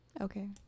okay